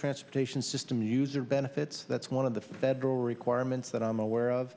transportation system user benefits that's one of the federal requirements that i'm aware of